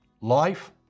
Life